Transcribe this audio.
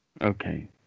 Okay